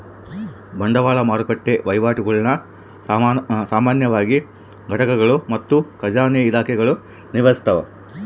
ಬಂಡವಾಳ ಮಾರುಕಟ್ಟೆ ವಹಿವಾಟುಗುಳ್ನ ಸಾಮಾನ್ಯವಾಗಿ ಘಟಕಗಳು ಮತ್ತು ಖಜಾನೆ ಇಲಾಖೆಗಳು ನಿರ್ವಹಿಸ್ತವ